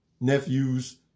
nephews